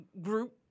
Group